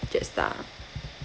Jetstar